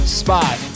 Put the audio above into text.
spot